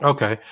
Okay